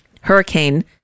Hurricane